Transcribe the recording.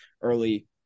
early